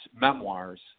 memoirs